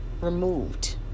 removed